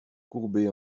courbée